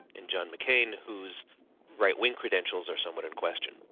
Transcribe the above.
and john mccain whose right-wing credentials are somewhat in question.